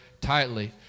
tightly